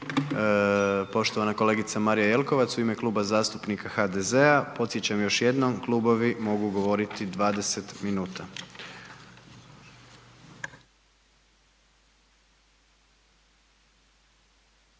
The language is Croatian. poštovana kolegica Marija Jelkovac u ime Kluba zastupnika HDZ-a. podsjećam još jednom, klubovi mogu govoriti 20 minuta.